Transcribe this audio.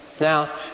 Now